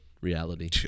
reality